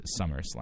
SummerSlam